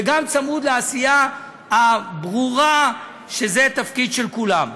וגם צמוד לעשייה הברורה שזה תפקיד של כולם.